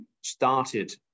started